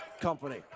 company